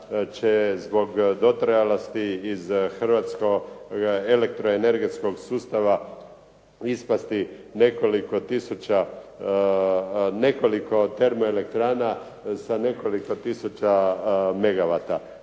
će zbog dotrajalosti iz hrvatskog elektro-energetskog sustava ispasti nekoliko tisuća nekoliko termoelektrana sa nekoliko tisuća megavata.